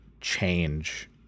change